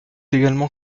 également